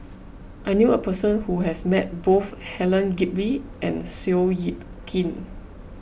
I knew a person who has met both Helen Gilbey and Seow Yit Kin